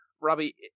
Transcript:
robbie